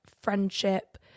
friendship